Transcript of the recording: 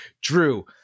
Drew